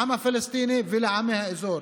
לעם הפלסטיני ולעמי האזור